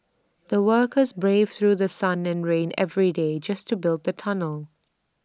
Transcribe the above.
the workers braved through The Sun and rain every day just to build the tunnel